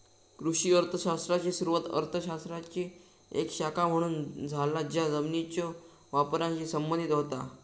कृषी अर्थ शास्त्राची सुरुवात अर्थ शास्त्राची एक शाखा म्हणून झाला ज्या जमिनीच्यो वापराशी संबंधित होता